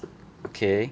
okay